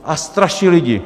A straší lidi.